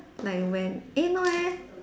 like when eh no eh